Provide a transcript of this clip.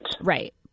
Right